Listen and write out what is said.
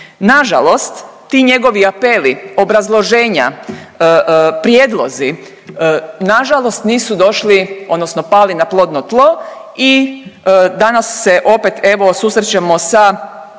Na žalost ti njegovi apeli, obrazloženja, prijedlozi na žalost nisu došli odnosno pali na plodno tlo i danas se opet evo susrećemo sa